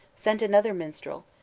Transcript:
sent another minstrel,